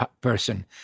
person